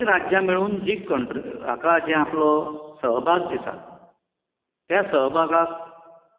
आतां सगळीं राज्यां मेळून जीं कन हाका जीं आपलो सहभाग दितात त्या सहभागाक